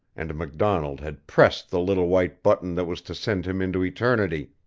and macdonald had pressed the little white button that was to send him into eternity!